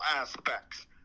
aspects